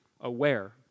aware